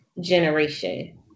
generation